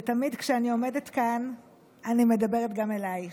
תמיד כשאני עומדת כאן אני מדברת גם אלייך,